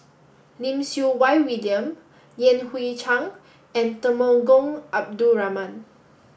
Lim Siew Wai William Yan Hui Chang and Temenggong Abdul Rahman